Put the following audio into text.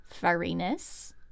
furriness